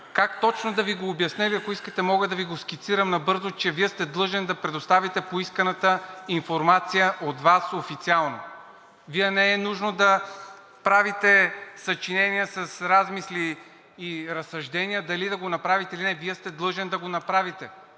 как точно да Ви го обясня или ако искате мога да Ви го скицирам набързо, че Вие сте длъжен да предоставите поисканата информация от Вас официално. Вие не е нужно да правите съчинения с размисли и разсъждения дали да го направите или не, Вие сте длъжен да го направите!